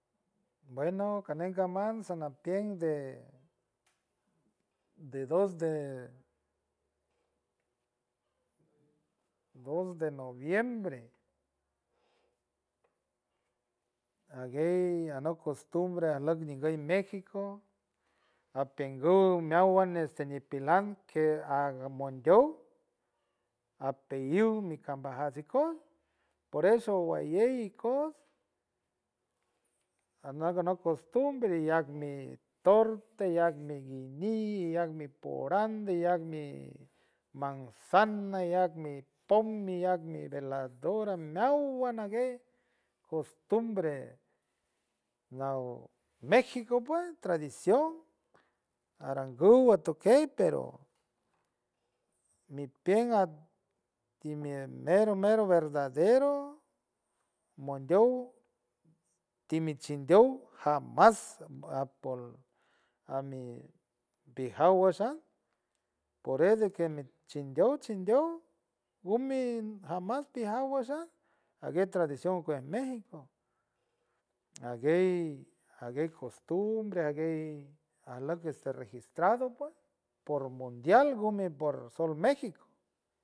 Bueno caney caman samapient de de dos, de dos de noviembre aguey anock costumbre alock nguy méxico apeangu meowan este nipilan que aj mondow apeyuy mi cambajats ikoots por eso huayey ikoots anock, anock costumbre yak mi torte yak mi guiñij yak mi paran, yak mi manzana, yak mi pom, yak mi veladora meowan aguey costumbre nao méxico pue tradición arangu watukey pero mi pienk atimie mero, mero verdadero mondow timi chindow jamas apol a mi pijaw washa por eso de que mi tradición cuej méxico aguey, aguey costumbre aguey ajlock este registrado pue por mundial gumie por sol méxico.